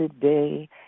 today